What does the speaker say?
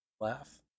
laugh